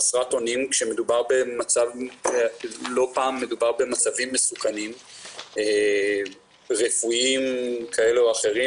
חסרת אונים כשמדובר במצבים מסוכנים רפואיים כאלו או אחרים,